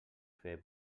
fer